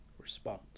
response